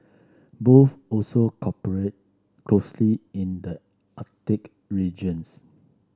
both also cooperate closely in the Arctic regions